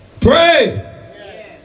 Pray